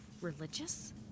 religious